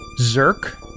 Zerk